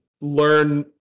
learn